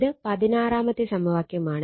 ഇത് 16 മത്തെ സമവാക്യമാണ്